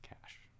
cash